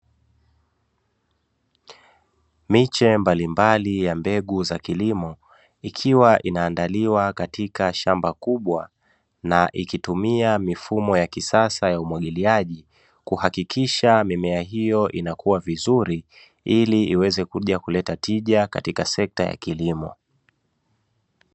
Miche mbalimbali ya zao la kilimo iki inaandaliwa katika shamba kubwa na ikitumia mifumo ya kisasa ya umwagiliaji, kuhakikisha mimea hiyo inakua vizuri ili iweze kuja kuleta tija katika sekta ya kilimo.